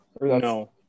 No